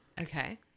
Okay